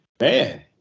man